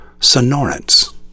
Sonorants